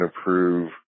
approve